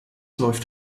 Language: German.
läuft